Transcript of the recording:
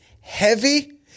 heavy